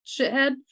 shithead